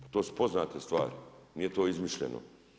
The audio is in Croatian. To su poznate stvari, nije to izmišljeno.